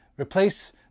Replace